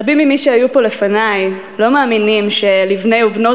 רבים ממי שהיו פה לפני לא מאמינים שלבני ובנות